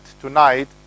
tonight